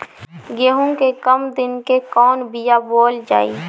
गेहूं के कम दिन के कवन बीआ बोअल जाई?